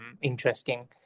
interesting